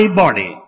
body